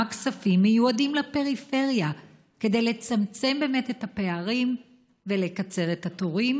כספים מיועדים לפריפריה כדי לצמצם באמת את הפערים ולקצר את התורים,